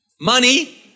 money